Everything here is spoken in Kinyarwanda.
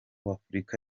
w’afurika